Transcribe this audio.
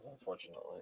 unfortunately